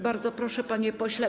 Bardzo proszę, panie pośle.